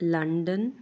London